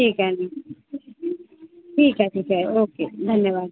ठीक आहे मग ठीक आहे ठीक आहे ओके धन्यवाद